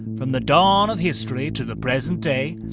from the dawn of history to the present day,